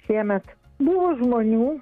šiemet buvo žmonių